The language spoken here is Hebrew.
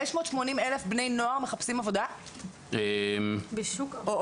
580,000 בני נוער מחפשים עבודה או עובדים?